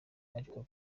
ariko